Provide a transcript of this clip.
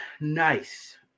nice